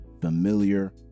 familiar